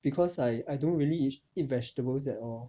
because I I don't really eat eat vegetables at all